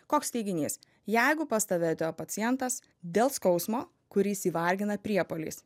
koks teiginys jeigu pas tave atėjo pacientas dėl skausmo kuris jį vargina priepuoliais